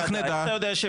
איך אתה יודע?